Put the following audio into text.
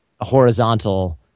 horizontal